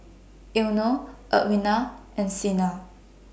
Eino Edwina and Sina